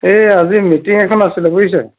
এই আজি মিটিং এখন আছিলে বুইছে